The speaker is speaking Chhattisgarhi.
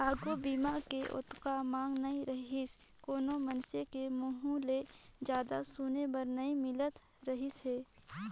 आघू बीमा के ओतना मांग नइ रहीसे कोनो मइनसे के मुंहूँ ले जादा सुने बर नई मिलत रहीस हे